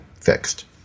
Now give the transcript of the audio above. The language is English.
fixed